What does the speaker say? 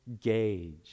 gauge